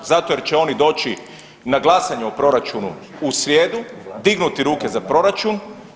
Zato jer će oni doći na glasanje o proračunu u srijedu, dignuti ruke za proračun.